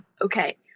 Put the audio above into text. okay